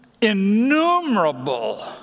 innumerable